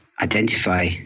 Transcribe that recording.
identify